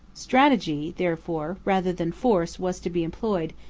strategy, therefore, rather than force was to be employed,